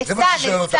זה מה ששואל אותך מיכאל.